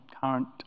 current